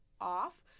off